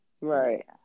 Right